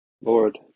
Lord